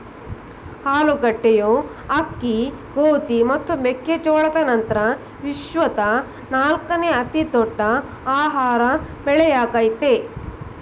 ಆಲೂಗಡ್ಡೆಯು ಅಕ್ಕಿ ಗೋಧಿ ಮತ್ತು ಮೆಕ್ಕೆ ಜೋಳದ ನಂತ್ರ ವಿಶ್ವದ ನಾಲ್ಕನೇ ಅತಿ ದೊಡ್ಡ ಆಹಾರ ಬೆಳೆಯಾಗಯ್ತೆ